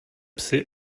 psy